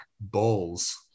balls